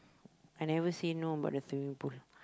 I never say no about the swimming pool